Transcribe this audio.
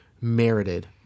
merited